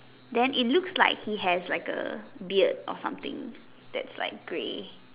then it looks like he has like a beard or something that's like grey